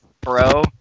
bro